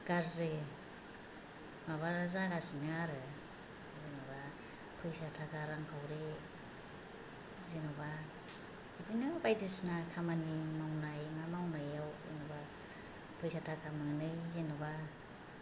गाज्रि माबा जागासिनो आरो जेनेबा फैसा थाखा रांखावरि जेनेबा बिदिनो बायदिसिना खामानि मावनाय मा मावनायाव जेनेबा फैसा थाखा मोनै जेनेबा